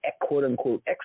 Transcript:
quote-unquote